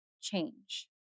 change